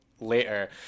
later